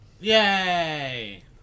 Yay